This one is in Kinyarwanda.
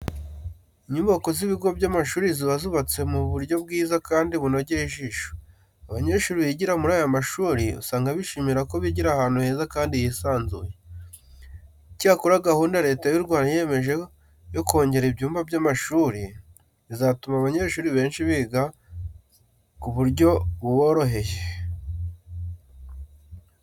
Inyubako z'ibigo by'amashuri ziba zubatse mu buryo bwiza kandi bunogeye ijisho. Abanyeshuri bigira muri aya mashuri usanga bishimira ko bigira ahantu heza kandi hisanzuye. Icyakora gahunda Leta y'u Rwanda yiyemeje yo kongera ibyumba by'amashuri, izatuma abanyeshuri benshi biga ku buryo buboroheye.